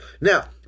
Now